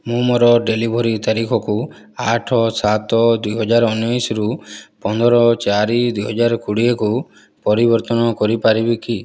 ମୁଁ ମୋର ଡେଲିଭରି ତାରିଖକୁ ଆଠ ସାତ ଦୁଇହଜାର ଉଣେଇଶ ରୁ ପନ୍ଦର ଚାରି ଦୁଇହଜାର କୋଡ଼ିଏକୁ ପରିବର୍ତ୍ତନ କରିପାରିବି କି